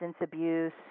abuse